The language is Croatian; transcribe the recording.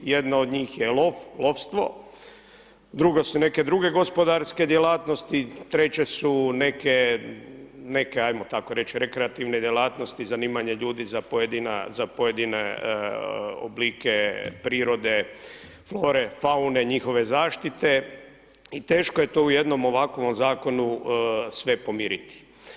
Jedna od njih je lov, lovstvo, drugo su neke druge gospodarske djelatnosti, treće su neke ajmo tako reć neke rekreativne djelatnosti, zanimanje ljudi za pojedina, za pojedine oblike prirode, flore, faune njihove zaštite i teško je to u jednom ovakvom zakonu sve pomiriti.